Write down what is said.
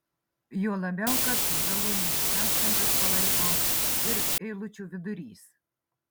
juo labiau kad galūninius sąskambius palaiko ir eilučių vidurys